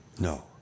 No